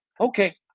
Okay